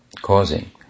causing